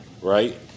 right